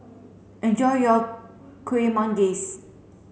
enjoy your Kueh Manggis